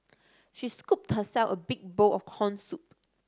she scooped herself a big bowl of corn soup